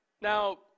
Now